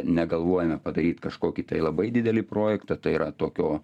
negalvojame padaryt kažkokį tai labai didelį projektą tai yra tokio